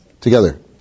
together